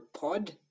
pod